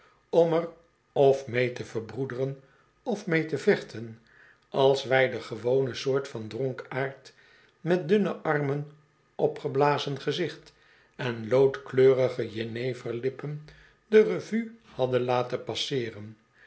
om er öf mee te verbroederen of mee te vechten als wij de gewone soort van dronkaard met dunne armen opgeblazen gezicht en loodkleurige jeneverlippende revue hadden laten passeeren